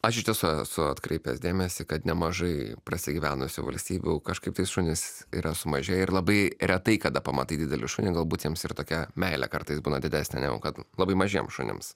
aš iš tiesų esu atkreipęs dėmesį kad nemažai prasigyvenusių valstybių kažkaip tai šunys yra sumažėję ir labai retai kada pamatai didelį šunį galbūt jiems ir tokia meilė kartais būna didesnė negu kad labai mažiem šunims